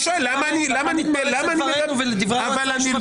מתפרץ לדברינו ולדברי היועץ המשפטי.